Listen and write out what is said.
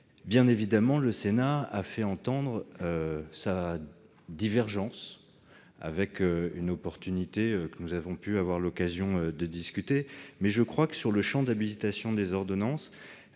Bien évidemment, le Sénat a fait entendre sa divergence avec une certaine opportunité, dont nous avons eu l'occasion de discuter, mais je crois que, sur le champ d'habilitation des ordonnances,